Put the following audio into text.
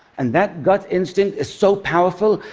and that gut instinct is so powerful,